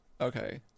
okay